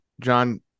John